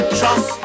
trust